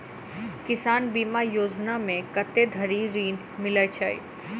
किसान बीमा योजना मे कत्ते धरि ऋण मिलय छै?